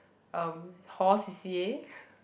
um hall C_C_A